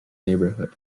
neighborhood